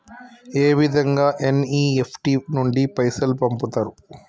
ఏ విధంగా ఎన్.ఇ.ఎఫ్.టి నుండి పైసలు పంపుతరు?